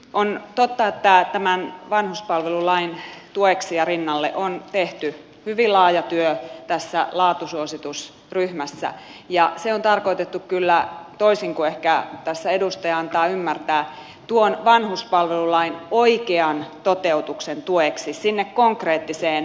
on totta että tämän vanhuspalvelulain tueksi ja rinnalle on tehty hyvin laaja työ tässä laatusuositusryhmässä ja se on tarkoitettu kyllä toisin kuin ehkä tässä edustaja antaa ymmärtää tuon vanhuspalvelulain oikean toteutuksen tueksi sinne konkreettiseen arkiseen työhön